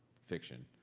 fiction,